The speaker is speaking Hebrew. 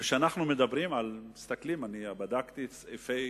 כשאנחנו מדברים, מסתכלים, אני בדקתי את סעיפי